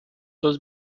dos